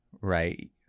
right